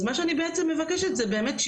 אז מה שאני בעצם מבקשת זה באמת,